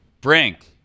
brink